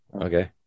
Okay